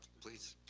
please.